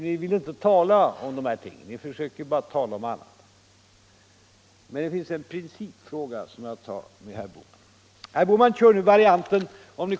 Ni ville inte gå in på dessa frågor utan försöker bara tala om annat. Men det finns en principfråga som jag vill ta upp med herr Bohman. Herr Bohman kör nu med en speciell variant.